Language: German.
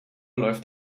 läuft